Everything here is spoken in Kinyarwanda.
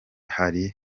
hariya